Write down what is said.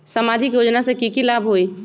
सामाजिक योजना से की की लाभ होई?